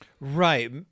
Right